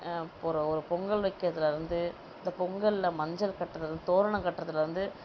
ஒரு ஒரு பொங்கல் வைக்கிறதுலேருந்து இந்த பொங்கலில் மஞ்சள் கட்டுவது தோரணம் கட்டுவதுலேர்ந்து